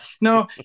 no